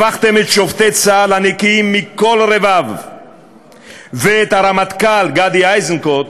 הפכתם את שופטי צה"ל הנקיים מכל רבב ואת הרמטכ"ל גדי אייזנקוט